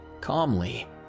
calmly